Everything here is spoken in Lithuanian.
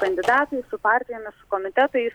kandidatais su partijomis su komitetais